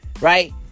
Right